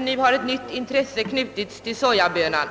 Nu har ett nytt intresse knutits till våra möjligheter att odla sojabönor.